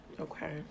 Okay